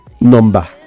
number